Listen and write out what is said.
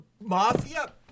mafia